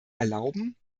erlauben